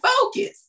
focus